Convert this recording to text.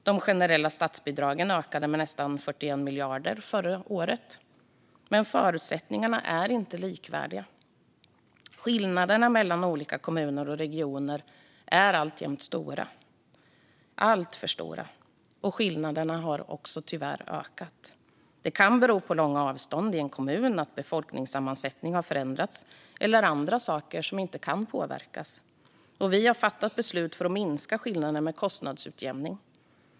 De generella statsbidragen ökade med nästan 41 miljarder förra året. Men förutsättningarna är inte likvärdiga. Skillnaderna mellan olika kommuner och regioner är alltjämt stora, alltför stora, och har tyvärr också ökat. Det kan bero på långa avstånd i en kommun, att befolkningssammansättningen har förändrats eller andra saker som inte kan påverkas. Vi har fattat beslut för att minska skillnaderna med kostnadsutjämning.